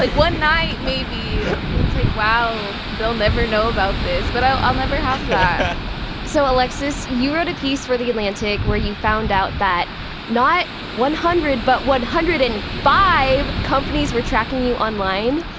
like one night, maybe, that's like, wow, they'll never know about this. but, i'll i'll never have that so alexis, you wrote a piece for the atlantic where you found out that not one hundred, but one hundred and five companies were tracking you online.